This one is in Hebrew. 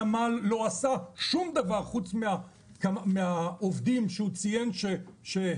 הנמל לא עשה שום דבר חוץ מהעובדים שהוא ציין שהביאו